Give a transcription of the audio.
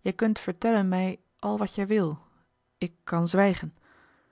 jij kunt vertellen mij al wat jij wil ik kan zwijgen